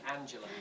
Angela